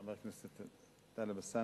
חבר הכנסת טלב אלסאנע,